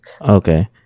Okay